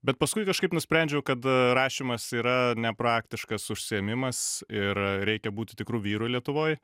bet paskui kažkaip nusprendžiau kad rašymas yra nepraktiškas užsiėmimas ir reikia būti tikru vyru lietuvoj